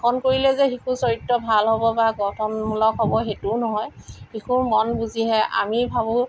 শাসন কৰিলে যে শিশুৰ চৰিত্ৰ ভাল হ'ব বা গঠনমূলক হ'ব সেইটোও নহয় শিশুৰ মন বুজিহে আমি ভাবোঁ